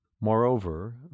Moreover